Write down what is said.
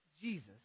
Jesus